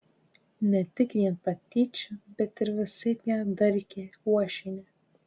ne tik vien patyčių bet ir visaip ją darkė uošvienė